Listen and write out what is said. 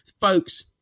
folks